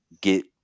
get